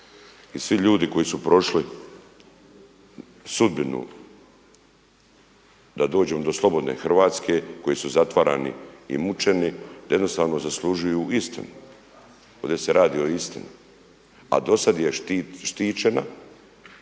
i svi ljudi koji su prošli sudbinu da dođemo do slobodne Hrvatske, koji su zatvarani i mučeni da jednostavno zaslužuju istinu. Ovdje se radi o istini, a do sada je štićena